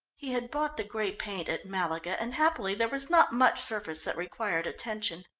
he had bought the grey paint at malaga, and happily there was not much surface that required attention.